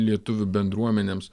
lietuvių bendruomenėms